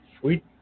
sweet